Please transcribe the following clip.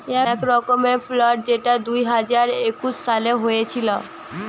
এক রকমের ফ্রড যেটা দুই হাজার একুশ সালে হয়েছিল